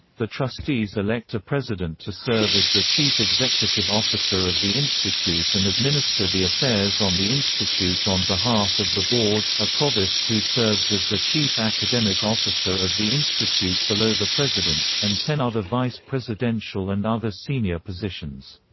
the trustees elect a president to serve as the chief executive officer of the institute and administer the affairs on the institute on behalf of the board, a provost who serves as the chief academic officer of the institute below the president, and ten other vice presidential and other senior positions.